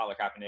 Kaepernick